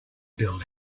build